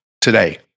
today